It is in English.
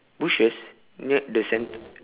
bushes near the center